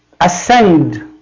ascend